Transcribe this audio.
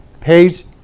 page